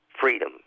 freedom